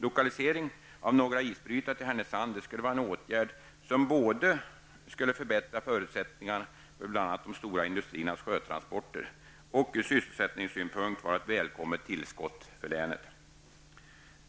Lokalisering av några isbrytare till Härnösand skulle både förbättra förutsättningarna för bl.a. de stora industriernas sjötransporter och bli ett välkommet tillskott för länet från sysselsättningssynpunkt.